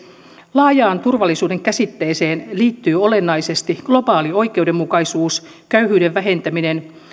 laajaan turvallisuuden käsitteeseen liittyy olennaisesti globaali oikeudenmukaisuus köyhyyden vähentäminen